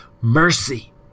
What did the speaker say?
mercy